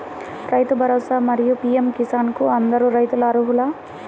రైతు భరోసా, మరియు పీ.ఎం కిసాన్ కు అందరు రైతులు అర్హులా?